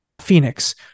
phoenix